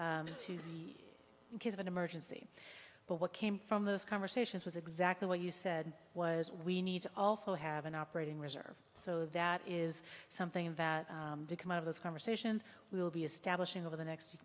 in case of an emergency but what came from those conversations was exactly what you said was we need to also have an operating reserve so that is something that did come out of those conversations will be establishing over the next